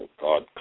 God